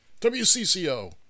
WCCO